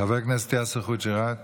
חבר הכנסת יאסר חוג'יראת?